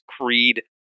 Creed